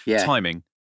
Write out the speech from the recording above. timing